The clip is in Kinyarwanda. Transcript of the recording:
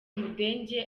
mudenge